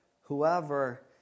Whoever